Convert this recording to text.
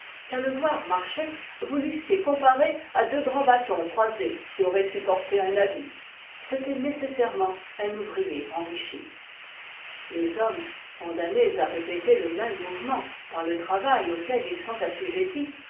qu'à le voir marcher vous l'eussiez comparé à deux grands bâtons croisés qui auraient supporté un habit c'était nécessairement un ouvrier enrichi les hommes condamnés à répéter le même mouvement par le travail auquel ils sont assujettis